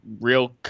real